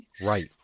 Right